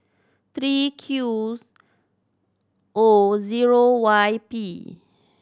three Q O zero Y P